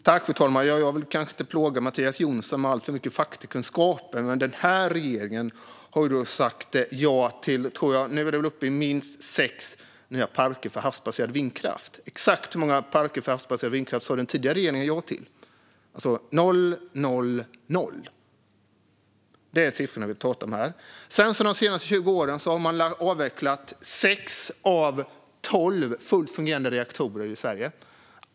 Fru talman! Jag vill kanske inte plåga Mattias Jonsson med alltför mycket faktakunskaper, men jag tror att denna regering har sagt ja till minst sex nya parker för havsbaserad vindkraft. Exakt hur många parker för havsbaserad vindkraft sa den tidigare regeringen ja till? Noll, noll och noll. Det är de siffror vi pratar om här. De senaste 20 åren har sex av tolv fullt fungerande reaktorer avvecklats i Sverige.